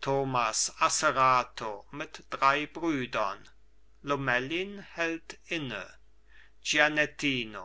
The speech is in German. thomas asserato mit drei brüdern lomellin hält inne